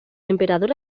emperador